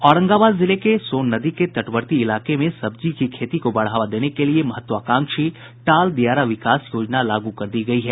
औरंगाबाद जिले के सोन नदी के तटवर्ती इलाके में सब्जी की खेती को बढ़ावा देने के लिए महत्वाकांक्षी टाल दियारा विकास योजना लागू कर दी गई है